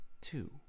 two